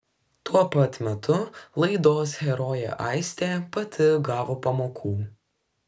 tuo pat metu laidos herojė aistė pati gavo pamokų